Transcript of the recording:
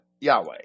Yahweh